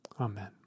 Amen